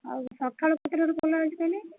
ଆଉ ସକାଳ ସାତଟା ରୁ ପଳାଇ ଆସିଥିଲେ